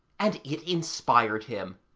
and it inspired him.